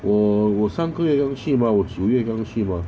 我我上个月又去 mah 我九月刚去 mah